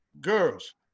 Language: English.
girls